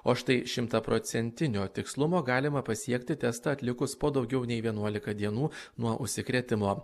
o štai šimtaprocentinio tikslumo galima pasiekti testą atlikus po daugiau nei vienuolika dienų nuo užsikrėtimo